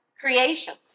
creations